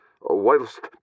whilst